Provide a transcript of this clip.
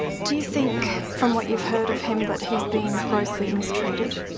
do you think, from what you've heard of him, that he's being grossly mistreated?